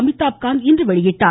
அமிதாப் காந்த் இன்று வெளியிட்டுள்ளார்